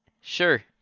sure